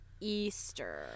Easter